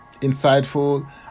insightful